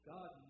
God